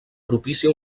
propícia